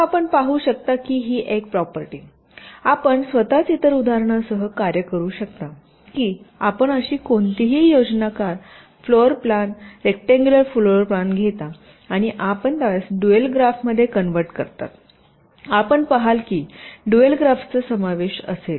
आता आपण पाहू शकता की एक प्रॉपर्टीआपण स्वतःच इतर उदाहरणासह कार्य करू शकता की आपण अशी कोणतीही योजनाकार फ्लोर प्लॅनरेक्टांगल फ्लोर प्लान घेता आपण त्यास ड्युअल ग्राफमध्ये कन्व्हर्ट करताआपण पहाल की ड्युअल ग्राफचा समावेश असेल